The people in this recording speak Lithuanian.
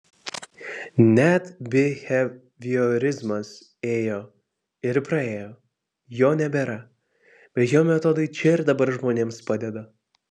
net biheviorizmas ėjo ir praėjo jo nebėra bet jo metodai čia ir dabar žmonėms padeda